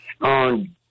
on